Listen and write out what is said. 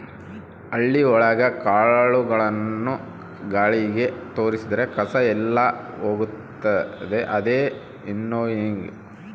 ಹಳ್ಳಿ ಒಳಗ ಕಾಳುಗಳನ್ನು ಗಾಳಿಗೆ ತೋರಿದ್ರೆ ಕಸ ಎಲ್ಲ ಹೋಗುತ್ತೆ ಅದೇ ವಿನ್ನೋಯಿಂಗ್